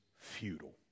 futile